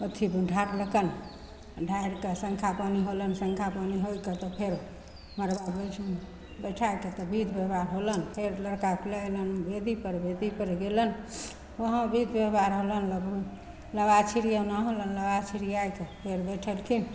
अथी ढाक ढक्कन ढारिके शन्खा पानी होलनि शन्खा पानी होइके तब फेर मड़बापर बैठू बैठैके तब बिध बेवहार होलनि फेर लड़काके लै अएलनि वेदीपर वेदीपर गेलनि वहाँ बिध बेवहार होलनि लब लाबा छिरिआना होलनि लाबा छिरिएके फेर बैठेलखिन